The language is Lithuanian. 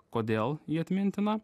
kodėl ji atmintina